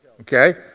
Okay